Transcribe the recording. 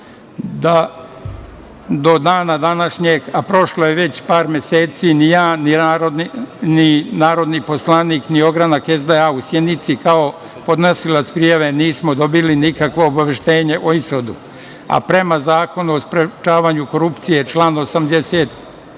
da do dana današnjeg, a prošlo je već par meseci, ni ja ni narodni poslanik, ni ogranak SDA u Sjenici, kao podnosilac prijave, nismo dobili nikakvo obaveštenje o ishodu. Prema Zakonu o sprečavanju korupcije, član 81.